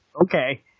okay